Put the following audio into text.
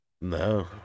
No